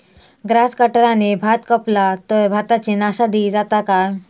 Grass कटराने भात कपला तर भाताची नाशादी जाता काय?